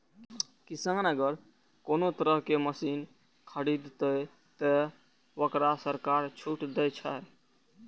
किसान अगर कोनो तरह के मशीन खरीद ते तय वोकरा सरकार छूट दे छे?